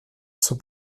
sont